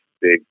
big